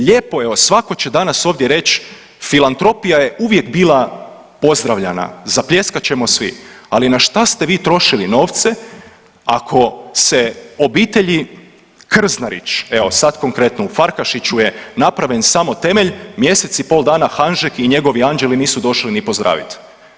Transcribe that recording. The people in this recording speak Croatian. Lijepo evo svako će danas ovdje reći filantropija je uvijek bila pozdravljana, zapljeskat ćemo svi, ali na šta ste vi trošili novce ako se obitelji Krznarić evo sad konkretno u Farkašiću je napravljen samo temelj mjesec i pol dana Hanžek i njegovi anđeli nisu došli ni pozdraviti.